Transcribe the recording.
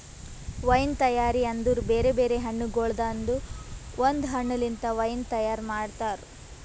wine ತೈಯಾರಿ ಅಂದುರ್ ಬೇರೆ ಬೇರೆ ಹಣ್ಣಗೊಳ್ದಾಂದು ಒಂದ್ ಹಣ್ಣ ಲಿಂತ್ ವೈನ್ ತೈಯಾರ್ ಮಾಡ್ತಾರ್